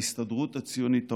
ההסתדרות הציונית העולמית,